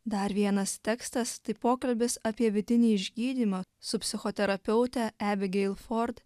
dar vienas tekstas tai pokalbis apie vidinį išgydymą su psichoterapeute ebigeil ford